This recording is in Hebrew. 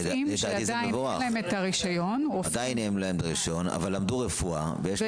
עדיין אין להם רישיון אבל למדו רפואה ויש להם תואר שני.